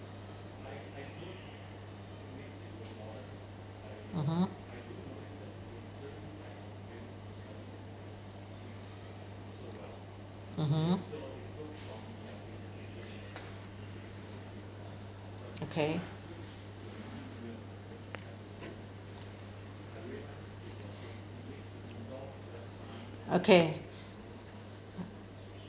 mmhmm mmhmm okay okay